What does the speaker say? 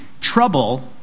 Trouble